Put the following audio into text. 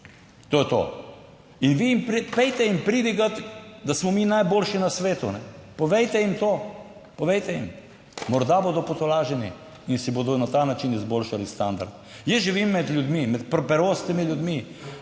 To je to. In vi jim pojdite pridigat, da smo mi najboljši na svetu. Povejte jim to. Povejte jim, morda bodo potolaženi in si bodo na ta način izboljšali standard. Jaz živim med ljudmi, med preprostimi ljudmi,